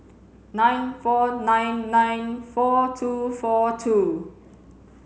nine four nine nine four two four two